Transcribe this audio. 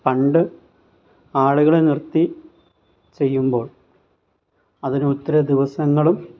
പണ്ട് ആളുകളെ നിർത്തി ചെയ്യുമ്പോൾ അതിനൊത്തിരി ദിവസങ്ങളും